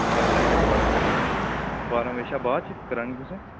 करी लैने थुआढ़ा कल्ल बारां बजे शा बाद च करानी तुसें